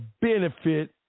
benefit